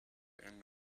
end